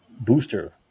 booster